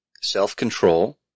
self-control